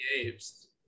apes